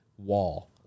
wall